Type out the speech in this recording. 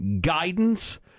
guidance